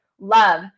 love